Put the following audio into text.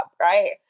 Right